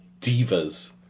divas